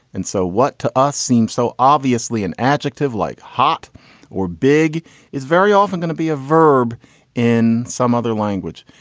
and so what to us seems so obviously an adjective like hot or big is very often going to be a verb in some other language.